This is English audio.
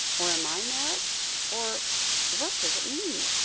or am i mad or what does it mean?